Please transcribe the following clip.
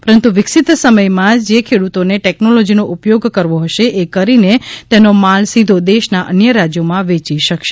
પરંતુ વિકસીત સમયમાં જે ખેડૂતોને ટેકનોલોજીનો ઉપયોગ કરવો હશે એ કરીને તેનો માલ સીધો દેશના અન્ય રાજ્યોમાં વેચી શકશે